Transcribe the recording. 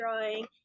drawing